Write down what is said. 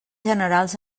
generals